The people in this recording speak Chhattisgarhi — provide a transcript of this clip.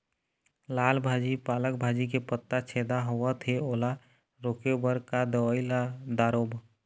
लाल भाजी पालक भाजी के पत्ता छेदा होवथे ओला रोके बर का दवई ला दारोब?